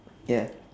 ya